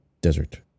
desert